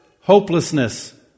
hopelessness